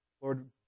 Lord